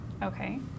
Okay